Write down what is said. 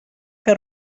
que